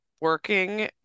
working